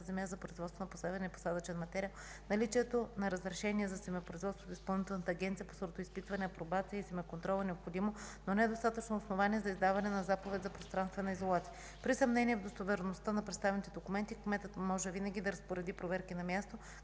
земя за производство на посевен и посадъчен материал, наличието на разрешение за семепроизводство от Изпълнителната агенция по сортоизпитване, апробация и семеконтрол е необходимо, но недостатъчно основание за издаване на заповед за пространствена изолация. При съмнение в достоверността на представените документи кметът може винаги да разпореди проверки на място,